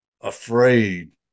afraid